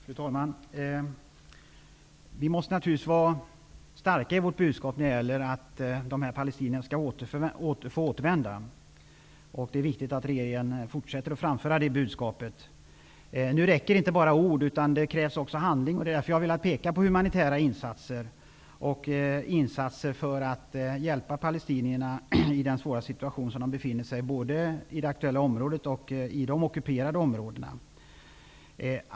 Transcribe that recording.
Fru talman! Vi måste naturligtvis vara klara i vårt budskap för att de här palestinierna skall få återvända. Det är viktigt att regeringen fortsätter att framföra det budskapet. Nu räcker inte bara ord, utan det krävs också handling. Det är därför jag har pekat på humanitära insatser och insatser för att hjälpa palestinierna i den svåra situation som de befinner sig i både i det aktuella området och i de ockuperade områdena.